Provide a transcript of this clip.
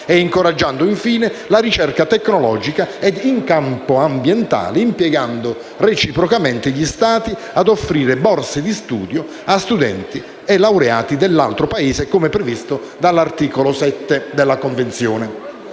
incoraggiando infine la ricerca tecnologica e in campo ambientale impegnando reciprocamente gli Stati ad offrire borse di studio a studenti e laureati dell'altro Paese come previsto dall'articolo 7 della Convenzione.